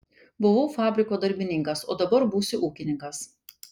buvau fabriko darbininkas o dabar būsiu ūkininkas